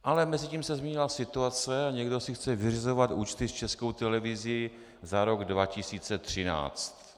Ale mezitím se změnila situace a někdo si chce vyřizovat účty s Českou televizí za rok 2013.